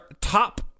top